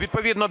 відповідно